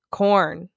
corn